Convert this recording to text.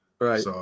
Right